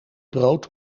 brood